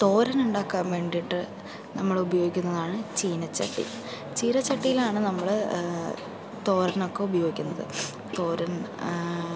തോരനുണ്ടാക്കാൻ വേണ്ടിയിട്ട് നമ്മളുപയോഗിക്കുന്നതാണ് ചീനച്ചട്ടി ചീനച്ചട്ടിയിലാണ് നമ്മൾ തോരനൊക്കെ ഉപയോഗിക്കുന്നത് തോരൻ